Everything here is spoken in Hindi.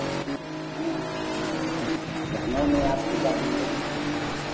हैं ना लखनऊ में आप पूरा दिन एक